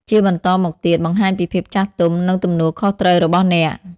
ជាបន្តមកទៀត បង្ហាញពីភាពចាស់ទុំ និងទំនួលខុសត្រូវរបស់អ្នក។